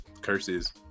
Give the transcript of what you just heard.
curses